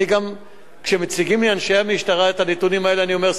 גם כשאנשי המשטרה מציגים לי את הנתונים אני אומר להם,